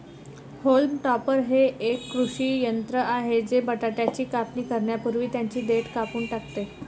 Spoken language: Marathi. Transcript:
होल्म टॉपर हे एक कृषी यंत्र आहे जे बटाट्याची कापणी करण्यापूर्वी त्यांची देठ कापून टाकते